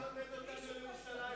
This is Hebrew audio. אל תלמד אותנו על ירושלים.